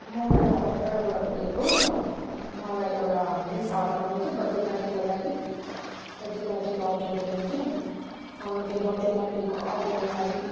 म यहाँ भटपाडाबाट बोलेको मलाई एउटा डिस अर्डर गर्नु थियो बर्थ डे पार्टीको लागि बर्थ डे पार्टीको अर्डर दिनु थियो मलाई त्यो बर्थ डे पार्टीको अर्डरको लागि